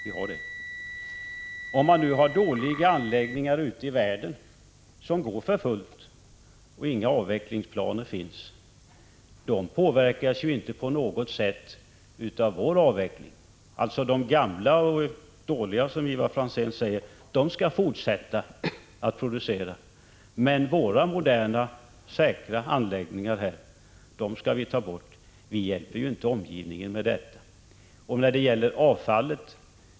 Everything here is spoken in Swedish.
Men ute i världen har man dåliga anläggningar som går för fullt och för vilka det inte finns några avvecklingsplaner. De anläggningarna påverkas ju inte på något sätt av vår avveckling. De gamla och dåliga anläggningarna, som Ivar Franzén säger, skall alltså fortsätta att producera, medan våra moderna, säkra anläggningar skall tas bort. Vi hjälper inte omgivningen med detta!